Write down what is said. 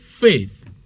faith